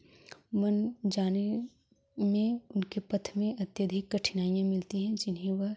one जाने में उनके पथ में अत्यधिक कठिनाईयाँ मिलती हैं जिन्हें वह